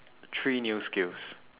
three new skills